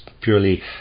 purely